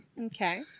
Okay